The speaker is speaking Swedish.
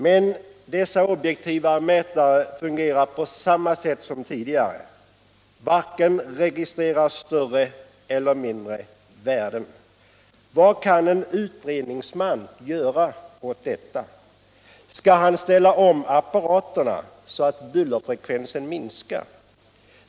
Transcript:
Men dessa objektiva mätare fungerar på samma sätt som tidigare och registrerar varken större eller mindre värden. Vad kan en utredningsman göra åt detta? Skall han ställa om apparaterna så att bullerfrekvenserna minskar?